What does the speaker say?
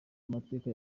amateka